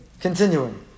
Continuing